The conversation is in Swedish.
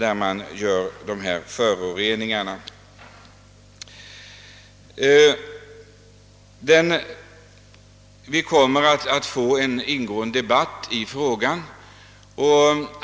Vi kommer alltså att få en ingående debatt i frågan.